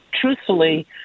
truthfully